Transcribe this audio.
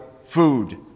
food